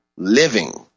living